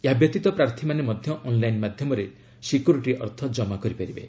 ଏହାବ୍ୟତୀତ ପ୍ରାର୍ଥୀମାନେ ମଧ୍ୟ ଅନ୍ଲାଇନ୍ ମାଧ୍ୟମରେ ସିକ୍ୟୁରିଟି ଅର୍ଥ କମା କରିପାରିବେ